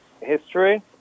history